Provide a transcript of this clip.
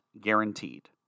guaranteed